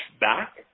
back